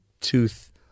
tooth